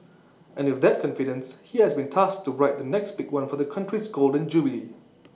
and with that confidence he has been tasked to write the next big one for the Country's Golden Jubilee